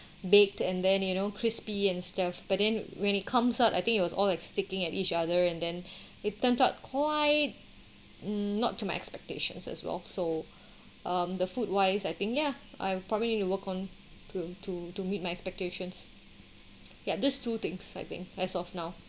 baked and then you know crispy and stuff but then when it comes out I think it was all at sticking at each other and then it turns out quite not to my expectations as well so um the food wise I think ya I'm probably need to work on to to to meet my expectations ya just two things I think as of now